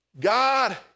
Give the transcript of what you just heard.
God